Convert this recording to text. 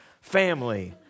family